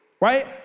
right